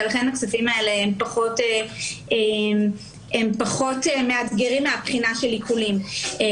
ולכן הכספים האלה הם פחות מאתגרים מהבחינה של עיקולים.